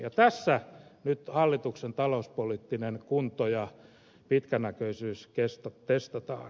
tässä nyt hallituksen talouspoliittinen kunto ja pitkänäköisyyskestot testataan